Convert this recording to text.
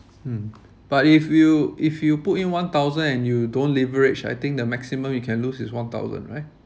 mm but if you if you put in one thousand and you don't leverage I think the maximum you can lose is one thousand right